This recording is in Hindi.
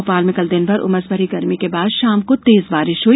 भोपाल में कल दिनभर उमसभरी गर्मी के बाद शाम को तेज बारिश हुई